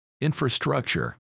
infrastructure